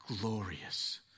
glorious